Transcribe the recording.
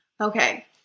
Okay